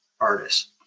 artists